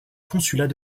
consulat